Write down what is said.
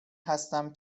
هستم